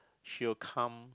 she will come